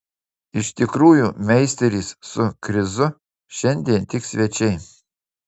iš tikrųjų meisteris su krizu šiandien tik svečiai